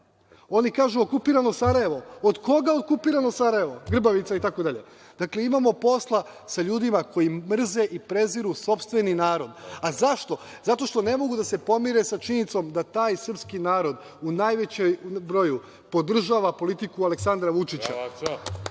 kažu okupirano Sarajevo, a ja pitam, od koga okupirano Sarajevo, Grbavica, itd? Dakle, imamo posla sa ljudima koji mrze i preziru sopstveni narod. Zašto? Zato što ne mogu da se pomire sa činjenicom da taj srpski narod u najvećem broju podržava politiku Aleksandra Vučića